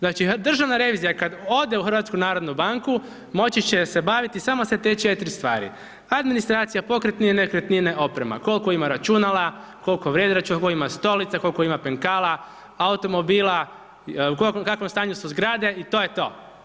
Znači državna revizija i kad ode u HNB moći će se baviti samo sa te 4 stvari, administracija, pokretnine, nekretnine, oprema, koliko ima računala, koliko …/nerazumljivo/… kolko ima stolica, kolko ima penkala, automobila, u kakvom stanju su zgrade i to je to.